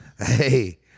hey